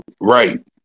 Right